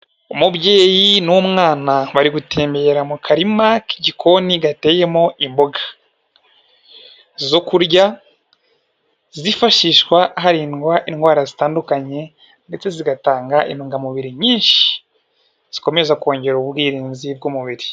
Umubyeyi n'umwana bari gutembera mukarima k'igikoni gateyemo imboga zo kurya zifashishwa hirindwa indwara zitandukanye ndetse zigatanga intungamubiri nyinshi zikomeza kongera ubwirinzi bw'umubiri.